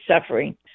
suffering